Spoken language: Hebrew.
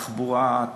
תחבורה,